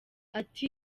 ati